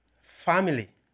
family